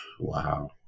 Wow